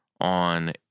on